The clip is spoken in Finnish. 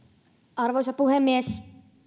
arvoisa puhemies